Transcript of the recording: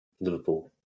Liverpool